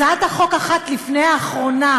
הצעת חוק אחת לפני האחרונה,